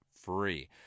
free